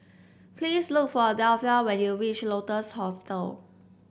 please look for Delphia when you reach Lotus Hostel